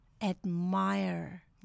admire